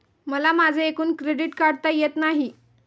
मला माझे एकूण क्रेडिट काढता येत नाही